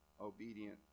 obedient